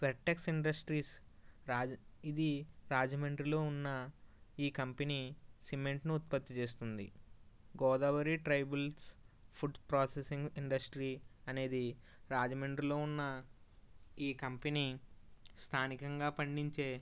Fetex industries రాజ ఇది రాజమండ్రిలో ఉన్న ఈ కంపెనీ సిమెంట్ను ఉత్పత్తి చేస్తుంది Godavari tribals food processing industry అనేది రాజమండ్రిలో ఉన్న ఈ కంపెనీ స్థానికంగా పండించే